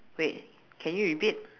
wait can you repeat